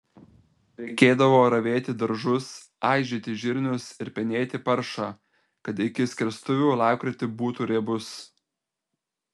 reikėdavo ravėti daržus aižyti žirnius ir penėti paršą kad iki skerstuvių lapkritį būtų riebus